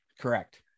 Correct